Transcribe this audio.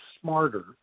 smarter